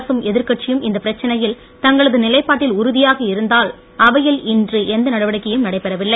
அரசும் எதிர்க்கட்சியும் இந்த பிரச்னையில் தங்களது நிலைப்பாட்டில் உறுதியாக இருந்ததால் அவையில் இன்று எந்த நடவடிக்கையும் நடைபெறவில்லை